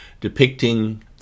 depicting